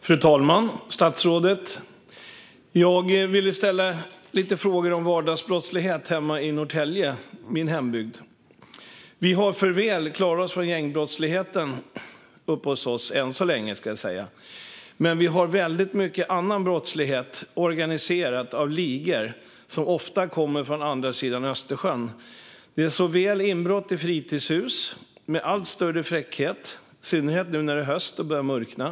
Fru talman och statsrådet! Jag vill ställa lite frågor om vardagsbrottsligheten i min hembygd Norrtälje. Uppe hos oss har vi, som väl är, klarat oss från gängbrottsligheten - än så länge, ska jag säga - men vi har väldigt mycket annan brottslighet. Den är organiserad av ligor som ofta kommer från andra sidan Östersjön. Det är inbrott i fritidshus, vilket görs med allt större fräckhet - i synnerhet nu när det är höst och börjar mörkna.